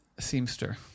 seamster